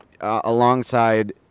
alongside